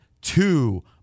two